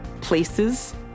places